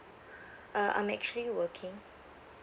uh I'm actually working